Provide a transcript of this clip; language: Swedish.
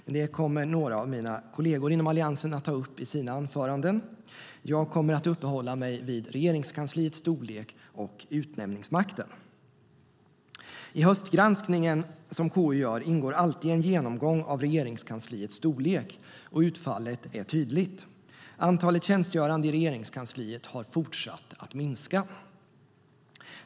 Men det kommer några av mina kolleger inom Alliansen att ta upp i sina anföranden. Jag kommer att uppehålla mig vid Regeringskansliets storlek och utnämningsmakten. I höstgranskningen som KU gör ingår alltid en genomgång av Regeringskansliets storlek, och utfallet är tydligt: Antalet tjänstgörande i Regeringskansliet har fortsatt att minska.